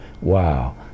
wow